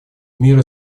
мир